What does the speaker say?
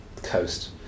Coast